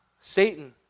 Satan